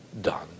done